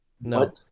No